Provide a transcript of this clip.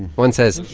one says.